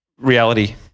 reality